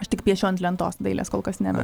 aš tik piešiu ant lentos dailės kol kas nevedu